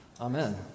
Amen